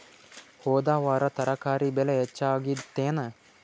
ಹೊದ ವಾರ ತರಕಾರಿ ಬೆಲೆ ಹೆಚ್ಚಾಗಿತ್ತೇನ?